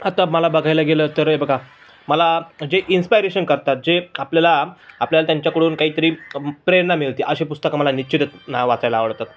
आता मला बघायला गेलं तर हे बघा मला जे इन्स्पायरेशन करतात जे आपल्याला आपल्याला त्यांच्याकडून काहीतरी प्रेरणा मिळते अशी पुस्तकं मला निश्चितच नाही वाचायला आवडतात